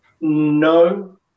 No